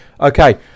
Okay